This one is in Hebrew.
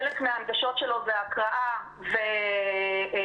חלק מההנגשות שלו זה הקראה והכתבה.